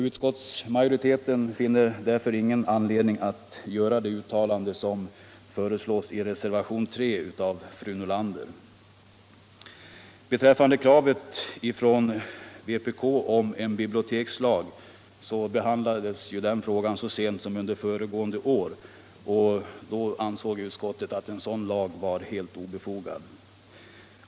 Utskottsmajoriteten finner därför ingen anledning att göra det uttalande som föreslås i reservationen 3 av fru Nordlander. Frågan om en bibliotekslag, som förts fram av vpk, behandlades så sent som föregående år. Utskottet ansåg då en sådan lag vara helt obefogad.